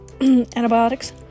antibiotics